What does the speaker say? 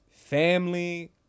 Family